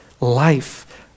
life